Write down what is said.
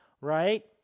right